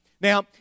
Now